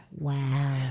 Wow